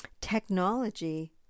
technology